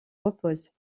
reposent